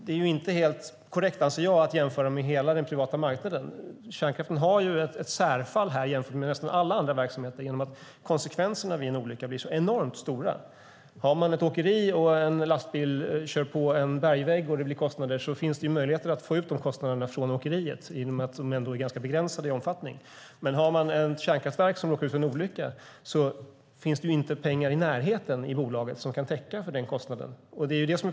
Det är inte helt korrekt, anser jag, att jämföra med hela den privata marknaden. Kärnkraften är ett särfall jämfört med nästan alla andra verksamheter genom att konsekvenserna vid en olycka blir så enormt stora. Har man ett åkeri och en lastbil kör in i en bergvägg finns det möjligheter att få ut kostnaderna som uppstår från åkeriet i och med att de är ganska begränsade i omfattning. Men om ett kärnkraftverk råkar ut för en olycka finns det inte i närheten av tillräckligt mycket pengar i bolaget för att täcka kostnaden.